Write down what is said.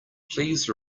please